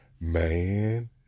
man